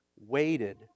waited